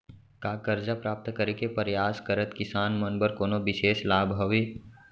का करजा प्राप्त करे के परयास करत किसान मन बर कोनो बिशेष लाभ हवे?